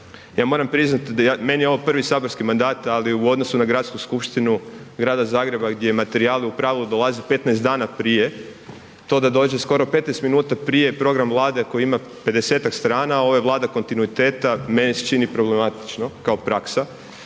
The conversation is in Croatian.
ja moram priznati da, meni je ovo prvi saborski mandat ali u odnosu na Gradsku skupštinu Grada Zagreba gdje materijali u pravilu dolaze 15 dana prije, to da dođe skoro 15 minuta prije Program Vlade koji ima 50-tak strana, a ovo je Vlada kontinuiteta meni se čini problematično kao praksa